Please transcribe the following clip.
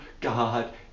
God